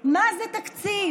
תקציב, מה זה תקציב?